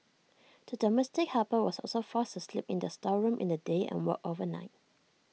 the domestic helper was also forced to sleep in the storeroom in the day and worked overnight